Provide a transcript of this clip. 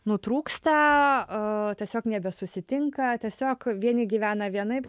nutrūksta o tiesiog nebesusitinka tiesiog vieni gyvena vienaip